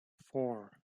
four